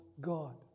God